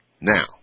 now